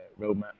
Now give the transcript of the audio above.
roadmap